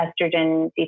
estrogen